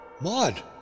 Maud